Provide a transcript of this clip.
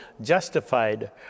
justified